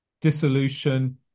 dissolution